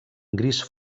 gris